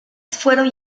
fueron